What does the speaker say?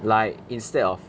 like instead of